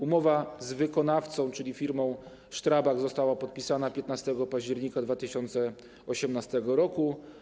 Umowa z wykonawcą, czyli firmą STRABAG, została podpisana 15 października 2018 r.